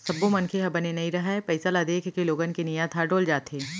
सब्बो मनखे ह बने नइ रहय, पइसा ल देखके लोगन के नियत ह डोल जाथे